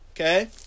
Okay